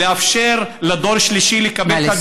לאפשר לדור השלישי לקבל את הדירה,